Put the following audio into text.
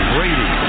Brady